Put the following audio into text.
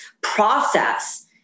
process